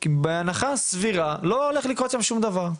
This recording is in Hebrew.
כי בהנחה סבירה, לא הולך לקרות שם שום דבר.